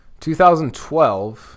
2012